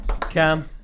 Cam